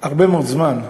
הרבה מאוד זמן.